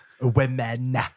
women